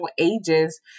ages